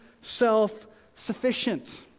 self-sufficient